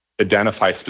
identify